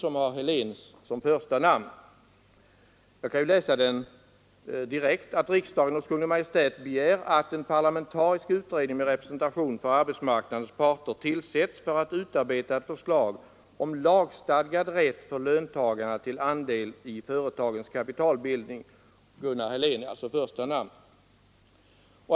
Där hemställs ”att riksdagen hos Kungl. Maj:t begär att en parlamentarisk utredning med representation från arbetsmarknadens parter tillsätts för att utarbeta ett förslag om lagstadgad rätt för löntagarna till andel i företagens kapitalbildning”. Gunnar Helén är alltså första namnet under den motionen.